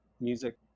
music